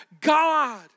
God